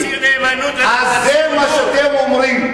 נאמנות, זה מה שאתם אומרים.